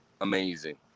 amazing